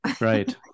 Right